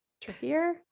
trickier